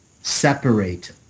Separate